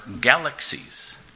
galaxies